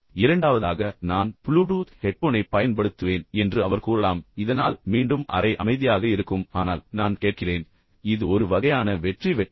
இரண்டாவதாக நான் புளூடூத் ஹெட்போனைப் பயன்படுத்துவேன் என்று அவர் கூறலாம் இதனால் மீண்டும் அறை அமைதியாக இருக்கும் ஆனால் நான் கேட்கிறேன் இது ஒரு வகையான வெற்றி வெற்றி